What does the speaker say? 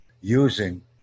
using